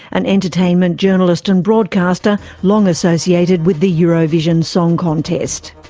an entertainment journalist and broadcaster long associated with the eurovision song contest.